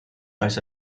als